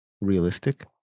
realistic